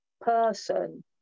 person